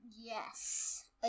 Yes